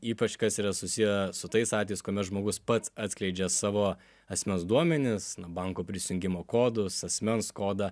ypač kas yra susiję su tais atvejais kuomet žmogus pats atskleidžia savo asmens duomenis na banko prisijungimo kodus asmens kodą